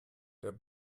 der